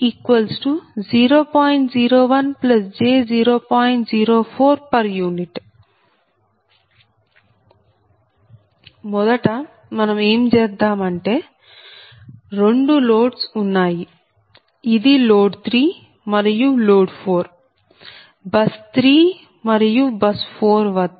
u మొదట మనం ఏం చేద్దాం అంటే 2 లోడ్స్ ఉన్నాయి ఇది లోడ్ 3 మరియు లోడ్ 4 బస్ 3 మరియు బస్ 4 వద్ద